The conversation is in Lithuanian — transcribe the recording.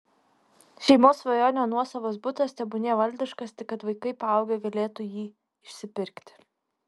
šeimos svajonė nuosavas butas tebūnie valdiškas tik kad vaikai paaugę galėtų jį išsipirkti